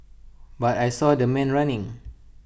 but I saw the man running